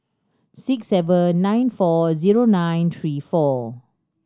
six seven nine four zero nine three four